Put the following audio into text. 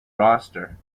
roster